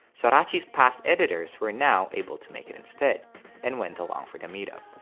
sorachi's past editors were now able to make it instead and went along for the meet up.